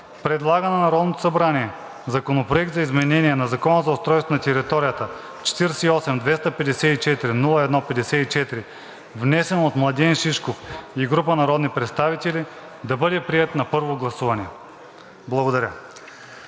предлага на Народното събрание Законопроект за изменение на Закона за устройство на територията, 48-254-01-54, внесен от Младен Шишков и група народни представители, да бъде приет на първо гласуване.“ Благодаря.